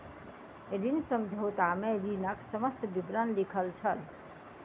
ऋण समझौता में ऋणक समस्त विवरण लिखल छल